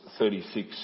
36